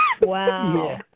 Wow